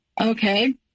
Okay